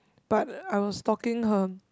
but I was stalking her